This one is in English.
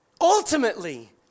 Ultimately